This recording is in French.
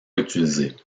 utilisés